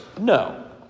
No